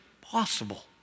possible